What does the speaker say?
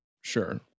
Sure